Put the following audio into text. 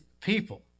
people